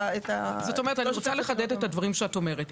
אני רוצה לחדד את הדברים שאת אומרת.